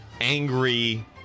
angry